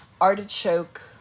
artichoke